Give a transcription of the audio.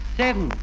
seven